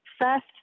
First